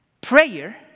Prayer